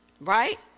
right